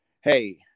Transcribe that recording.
hey